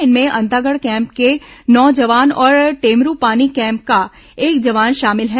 इनमें अंतागढ़ कैम्प के नौ जवान और टेमरूपानी कैम्प का एक जवान शामिल हैं